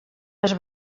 les